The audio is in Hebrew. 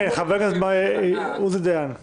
חבר הכנסת עוזי דיין, בבקשה.